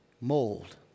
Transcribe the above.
mold